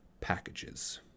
packages